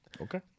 Okay